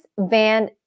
Van